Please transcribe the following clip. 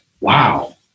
wow